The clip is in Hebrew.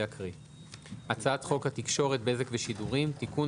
הצעת חוק התקשורת (בזק ושידורים) (תיקון,